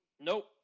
nope